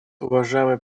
уважаемый